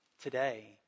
today